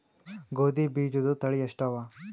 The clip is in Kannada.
ಗೋಧಿ ಬೀಜುದ ತಳಿ ಎಷ್ಟವ?